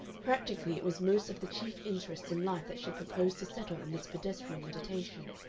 practically it was most of the chief interests in life that she proposed to settle in this pedestrian meditation.